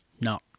No